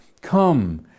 Come